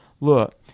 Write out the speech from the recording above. look